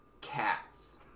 Cats